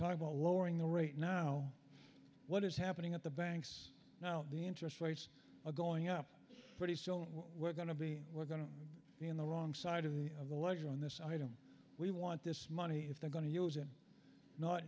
talking about lowering the rate now what is happening at the banks now the interest rates are going up pretty soon where going to be we're going to be in the wrong side of the of the ledger on this item we want this money if they're going to use it not